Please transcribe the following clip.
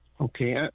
Okay